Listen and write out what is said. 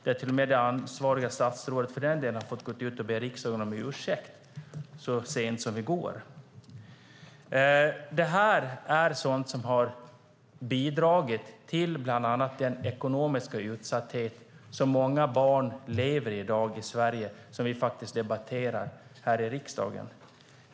Det ansvariga statsrådet har till och med så sent som i går fått gå ut och be riksdagen om ursäkt. Det har bland annat bidragit till den ekonomiska utsatthet som många barn i Sverige i dag lever i och som vi debatterar här i riksdagen.